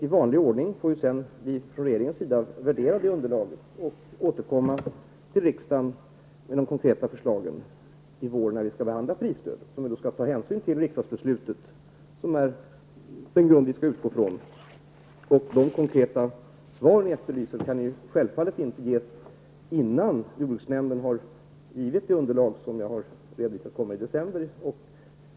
I vanlig ordning får vi från regeringens sida sedan värdera de underlaget och återkomma till riksdagen med det konkreta förslagen i vår, när vi skall behandla prisstödet. Vi skall då ta hänsyn till riksdagsbeslutet, som är den grund vi skall utgå ifrån. De konkreta svar som ni efterlyser kan självfallet inte ges innan jordbruksnämnden har tagit fram de underlag som -- det har jag redovisat -- skall komma i december.